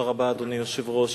אדוני היושב-ראש,